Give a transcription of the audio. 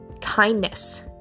kindness